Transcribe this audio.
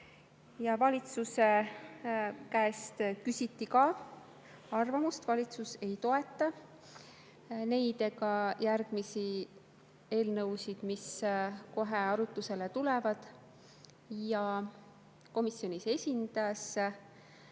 Valitsuse käest küsiti ka arvamust. Valitsus ei toeta seda ega järgmisi eelnõusid, mis kohe arutlusele tulevad. Komisjonis esindas